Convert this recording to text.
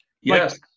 Yes